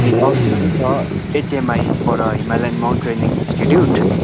अनि अर्को चाहिँ छ एचएमआई पर हिमालयन माउन्टेनेरिङ इन्स्टिट्युट